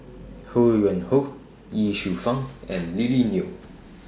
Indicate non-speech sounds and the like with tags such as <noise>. Ho Yuen Hoe Ye <noise> Shufang and Lily Neo